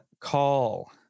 call